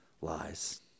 lies